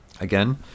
Again